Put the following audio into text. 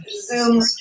Zoom